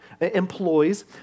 employs